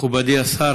מכובדי השר,